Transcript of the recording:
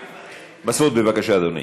מסעוד, בבקשה, אדוני.